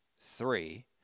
three